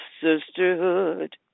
sisterhood